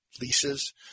leases